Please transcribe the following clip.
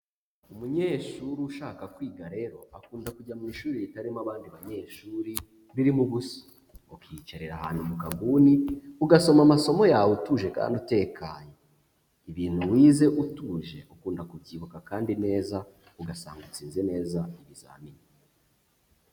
Umunyeshuri ushaka kwiga rero akunda kujya mu ishuri ritarimo abandi banyeshuri ririmo ubusa, ukiyicarira ahantu mu kaguni ugasoma amasomo yawe utuje kandi utekanye, ibintu wize utuje ukunda kubyibuka kandi neza ugasanga utsinze neza ibizamini.